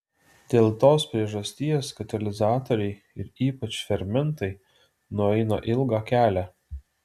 dėl tos priežasties katalizatoriai ir ypač fermentai nueina ilgą kelią